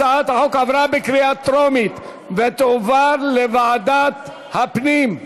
הצעת החוק עברה בקריאה טרומית ותועבר לוועדת הפנים.